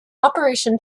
operation